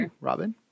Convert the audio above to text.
Robin